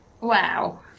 Wow